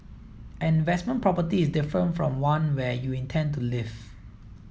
an investment property is different from one where you intend to live